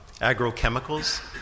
agrochemicals